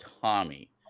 Tommy